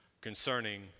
concerning